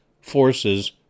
Forces